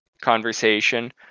conversation